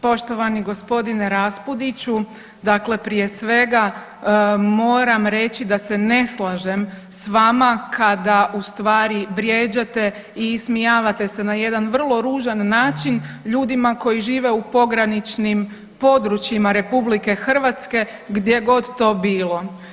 Poštovani g. Raspudiću, dakle prije svega moram reći da se ne slažem s vama kada u stvari vrijeđate i ismijavate se na jedan vrlo ružan način ljudima koji žive u pograničnim područjima RH gdje god to bilo.